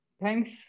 thanks